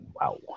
Wow